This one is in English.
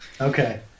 Okay